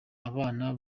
abana